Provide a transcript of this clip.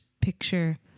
picture